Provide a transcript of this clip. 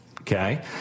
okay